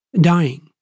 dying